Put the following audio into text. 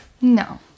No